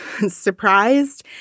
surprised